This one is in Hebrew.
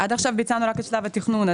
עד עכשיו ביצענו רק את שלב התכנון.